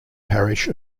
parish